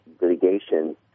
litigation